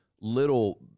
little